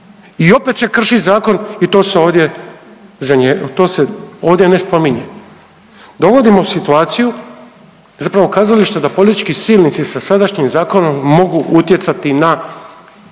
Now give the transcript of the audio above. i opet se krši zakon i to se ovdje, to se ovdje ne spominje. Dovodimo u situaciju zapravo kazalište da politički silnici sa sadašnjim zakonom mogu utjecati na,